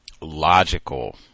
logical